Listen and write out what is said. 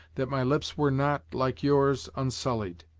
that my lips were not, like yours, unsullied.